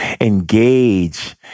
engage